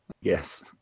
Yes